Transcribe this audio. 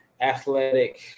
athletic